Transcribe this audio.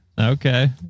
Okay